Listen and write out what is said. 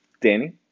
Danny